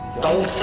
don't